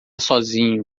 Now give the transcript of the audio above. sozinho